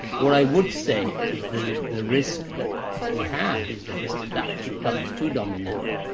what i would say is the the risk that we have is that if that becomes too dominant.